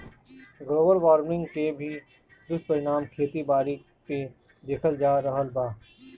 global warming के भी दुष्परिणाम खेती बारी पे देखल जा रहल बा